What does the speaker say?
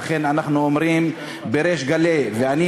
ולכן, אנחנו אומרים בריש גלי, נא לסיים, אדוני.